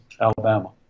Alabama